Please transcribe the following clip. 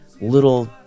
little